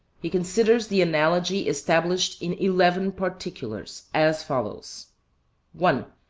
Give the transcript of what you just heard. he considers the analogy established in eleven particulars, as follows one,